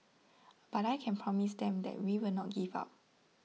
but I can promise them that we will not give up